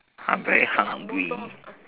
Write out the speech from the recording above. I'm very hungry